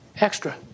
extra